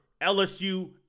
LSU